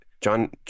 John